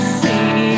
see